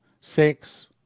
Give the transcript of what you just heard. six